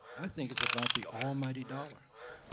i think it's about the almighty dollar,